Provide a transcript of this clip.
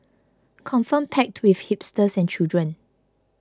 confirm packed with hipsters and children